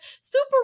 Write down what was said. Super